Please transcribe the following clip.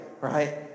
right